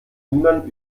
niemand